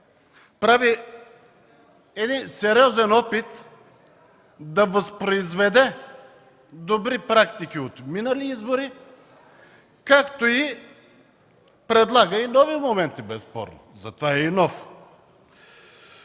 прави един сериозен опит да възпроизведе добри практики от минали избори, като предлага и нови моменти, безспорно, затова е и нов.